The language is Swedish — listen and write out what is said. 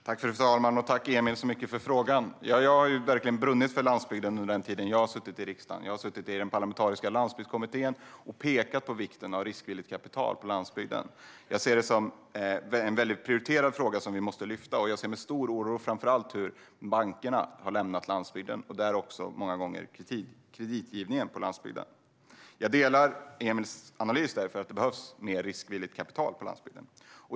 Fru talman! Jag tackar Emil Källström för frågan. Under den tid som jag har suttit i riksdagen har jag verkligen brunnit för landsbygden. Jag har suttit i den parlamentariska landsbygdskommittén och pekat på vikten av riskvilligt kapital på landsbygden. Det är en mycket prioriterad fråga som vi måste lyfta fram. Jag ser med stor oro på hur framför allt bankerna har lämnat landsbygden och därmed också många gånger kreditgivningen på landsbygden. Därför delar jag Emil Källströms analys att det behövs mer riskvilligt kapital på landsbygden.